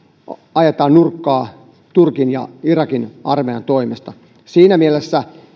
ajetaan nurkkaan turkin ja irakin armeijan toimesta siinä mielessä kun